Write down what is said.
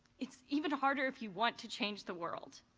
it's even harder if you want to change the world.